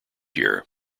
year